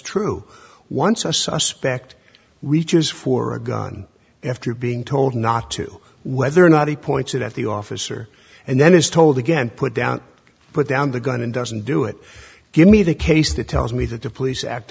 true once a suspect reaches for a gun after being told not to whether or not he points it at the officer and then is told again put down put down the gun and doesn't do it give me the case that tells me that the police act